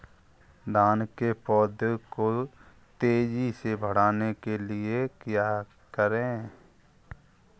धान के पौधे को तेजी से बढ़ाने के लिए क्या करें?